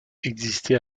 existé